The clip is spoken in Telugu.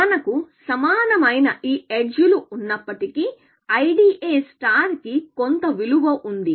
మనకు సమానమైన ఈ ఎడ్జ్ లు ఉన్నప్పటికీ IDA కి కొంత విలువ ఉంది